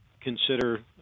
consider